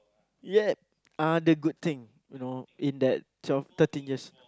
yet uh the good thing you know in that twelve thirteen years